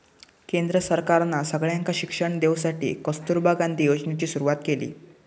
केंद्र सरकारना सगळ्यांका शिक्षण देवसाठी कस्तूरबा गांधी योजनेची सुरवात केली